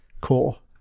Cool